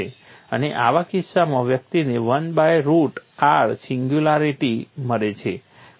અને આવા કિસ્સામાં વ્યક્તિને 1 બાય રુટ r સિંગ્યુલારિટી મળે છે